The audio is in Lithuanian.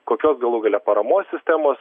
kokios galų gale paramos sistemos